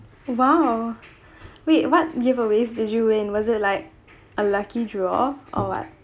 !wow! wait what giveaways did you win was it like a lucky draw or what